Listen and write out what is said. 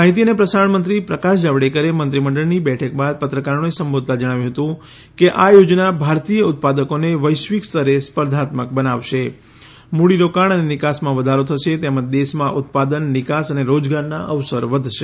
માહિતી અને પ્રસારણ મંત્રી પ્રકાશ જાવડેકરે મંત્રીમંડળની બેઠક બાદ પત્રકારોને સંબોધતા જણાવ્યું હતું કે આ યોજના ભારતીય ઉત્પાદકોને વૈશ્વિક સ્તરે સ્પર્ધાત્મક બનાવશે મૂડીરોકાણ અને નિકાસમાં વધારો થશે તેમજ દેશમાં ઉત્પાદન નિકાસ અને રોજગારના અવસર વધશે